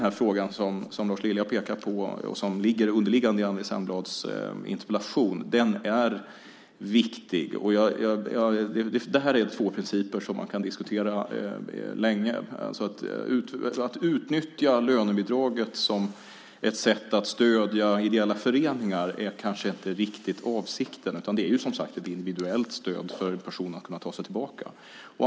Frågan som Lars Lilja pekar på och som är underliggande i Anneli Särnblads interpellation är viktig. Det här är två principer som man kan diskutera länge. Att utnyttja lönebidraget som ett sätt att stödja ideella föreningar är kanske inte riktigt avsikten. Det är som sagt ett individuellt stöd för personer att kunna ta sig tillbaka till arbetsmarknaden.